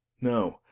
no,